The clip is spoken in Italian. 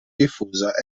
diffusa